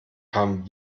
haben